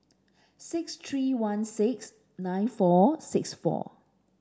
six three one six nine four six four